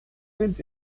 sind